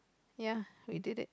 ya we did it